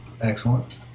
Excellent